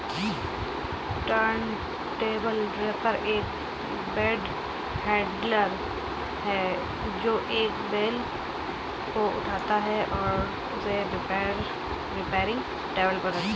turntable wrapper एक bale handler है, जो एक बेल को ऊपर उठाता है और उसे रैपिंग टेबल पर रखता है